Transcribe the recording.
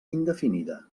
indefinida